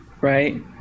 right